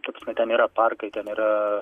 ta prasme ten yra parkai ten yra